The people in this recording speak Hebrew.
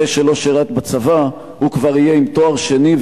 זה שלא שירת בצבא כבר יהיה עם תואר שני,